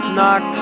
Knock